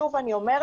שוב אני אומרת,